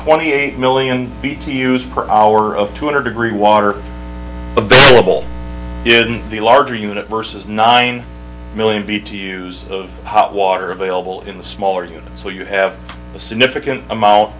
wenty eight million b t u s per hour of two hundred degree water level in the larger unit versus nine million b to use of hot water available in the smaller unit so you have a significant amount